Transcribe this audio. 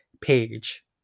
page